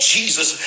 Jesus